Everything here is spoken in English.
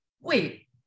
Wait